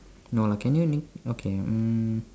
no lah can you name okay mm